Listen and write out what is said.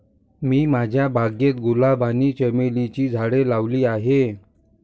मी माझ्या बागेत गुलाब आणि चमेलीची झाडे लावली आहे